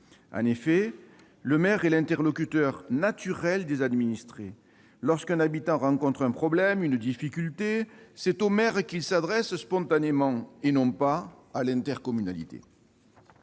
En effet, le maire est l'interlocuteur naturel des administrés. Lorsqu'un habitant rencontre un problème, une difficulté, c'est au maire qu'il s'adresse spontanément, et non à l'intercommunalité.